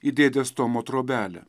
į dėdės tomo trobelę